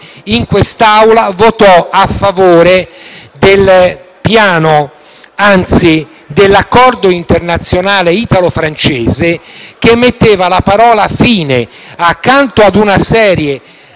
in quest'Aula votò a favore dell'accordo internazionale italo-francese che metteva la parola «fine», accanto ad una serie